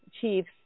chiefs